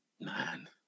Man